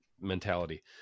mentality